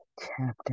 chapter